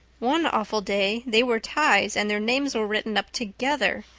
one awful day they were ties and their names were written up together.